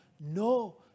no